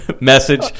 Message